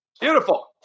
Beautiful